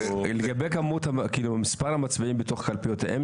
לרשויות המקומיות, התשפ"ג-2023, מ/1615.